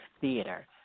theater